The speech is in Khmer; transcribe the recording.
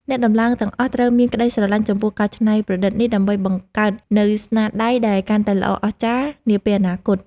អ្នកដំឡើងទាំងអស់ត្រូវមានក្ដីស្រឡាញ់ចំពោះការច្នៃប្រឌិតនេះ ដើម្បីបង្កើតនូវស្នាដៃដែលកាន់តែល្អអស្ចារ្យនាពេលអនាគត។